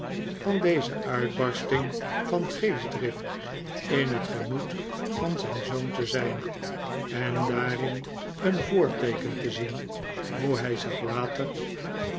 van deze uitbarsting van geestdrift in het gemoed van zijn zoon te zijn en daarin een voorteeken te zien hoe hij zich later